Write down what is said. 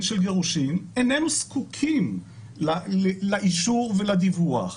של גירושין) איננו זקוקים לאישור ולדיווח.